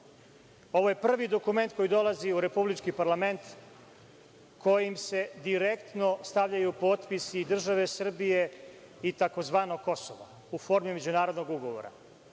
je prvi dokument koji dolazi u Republički parlament kojim se direktno stavljaju potpisi i države Srbije i tzv. Kosova u formi međunarodnog ugovora.